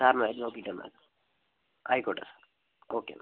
സാറിന് ആയിക്കോട്ടെ ഓക്കെ എന്നാൽ